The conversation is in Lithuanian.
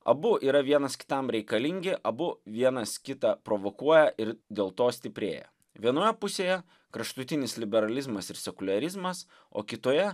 abu yra vienas kitam reikalingi abu vienas kitą provokuoja ir dėl to stiprėja vienoje pusėje kraštutinis liberalizmas ir sekuliarizmas o kitoje